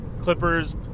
Clippers